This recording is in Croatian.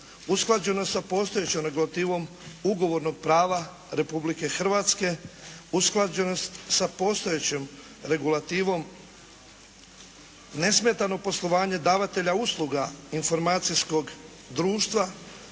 usklađenost sa postojećom regulativom ugovornog prava Republike Hrvatske, usklađenost sa postojećom regulativom, nesmetano poslovanje davatelja usluga informacijskog društva